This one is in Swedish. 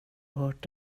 hört